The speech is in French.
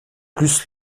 plus